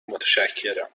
متشکرم